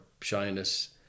shyness